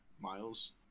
Miles